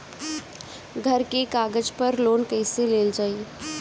घर के कागज पर लोन कईसे लेल जाई?